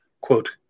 quote